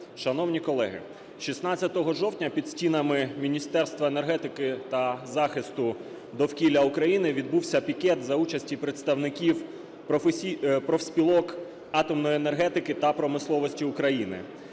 Шановні колеги! 16 жовтня під стінами Міністерства енергетики та захисту довкілля України відбувся пікет за участі представників профспілок атомної енергетики та промисловості України,